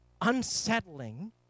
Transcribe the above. unsettling